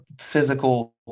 physical